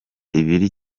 ibiri